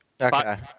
Okay